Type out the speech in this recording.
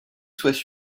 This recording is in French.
soient